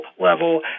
level